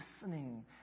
listening